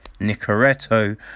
Nicoretto